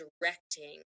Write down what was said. directing